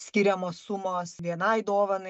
skiriamos sumos vienai dovanai